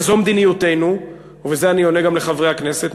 וזו מדיניותנו, ובזה אני עונה גם לחברי הכנסת.